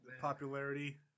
popularity